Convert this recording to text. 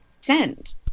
send